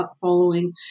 following